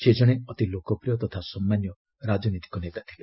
ସେ ଜଣେ ଅତି ଲୋକପ୍ରିୟ ତଥା ସମ୍ମାନୀୟ ରାଜନୈତିକ ନେତା ଥିଲେ